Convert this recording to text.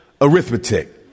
arithmetic